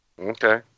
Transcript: okay